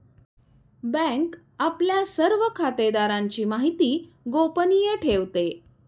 bank आपल्या सर्व खातेदारांची माहिती गोपनीय ठेवते